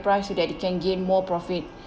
price so that they can gain more profit